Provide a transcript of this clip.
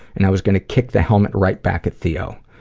and i was gonna kick the helmet right back at theo.